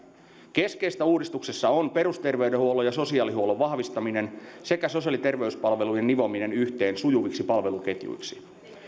keskeistä uudistuksessa on perusterveydenhuollon ja sosiaalihuollon vahvistaminen sekä sosiaali ja terveyspalvelujen nivominen yhteen sujuviksi palveluketjuiksi